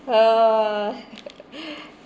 !wah!